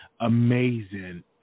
amazing